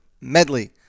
Medley